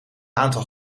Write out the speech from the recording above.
aantal